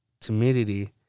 timidity